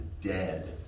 dead